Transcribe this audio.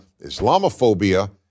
Islamophobia